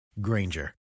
Granger